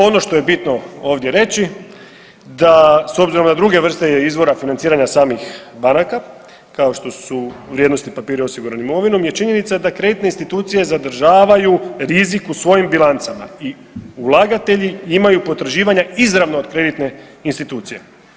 Ono što je bitno ovdje reći da s obzirom na druge vrste izvore financiranja samih banaka kao što su vrijednosni papiri osigurani imovinom je činjenica da kreditne institucije zadržavaju rizik u svojim bilancama i ulagatelji imaju potraživanja izravno od kreditne institucije.